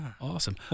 Awesome